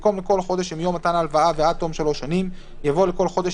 במקום "לכל חודש שמיום מתן ההלוואה ועד תום שלוש שנים" יבוא "לכל חודש